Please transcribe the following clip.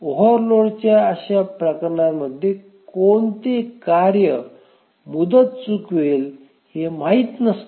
ओव्हरलोडच्या अशा प्रकरणांमध्ये कोणती कार्य मुदत चुकवेल हे माहित नसते